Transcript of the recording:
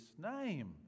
name